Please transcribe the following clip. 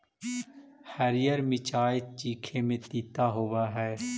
हरीअर मिचाई चीखे में तीता होब हई